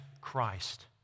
Christ